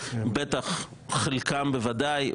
חלקם בוודאי.